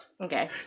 Okay